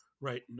Right